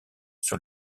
sur